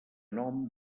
nom